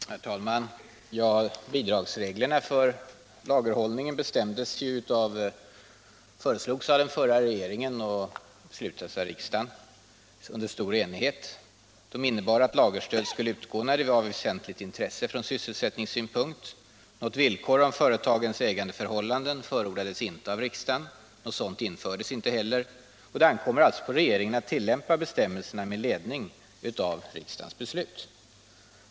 Herr talman! Bidragsreglerna för lagerhållningen föreslogs av den föregående regeringen och beslutades av riksdagen under stor enighet. Reglerna innebar att lagerstöd skulle utgå när det var av väsentligt intresse från sysselsättningssynpunkt. Något villkor om företagens ägandeförhållanden förordades inte av riksdagen. Något sådant villkor infördes inte heller. Det ankommer alltså på regeringen att tillämpa bestämmelserna med ledning av riksdagens beslut.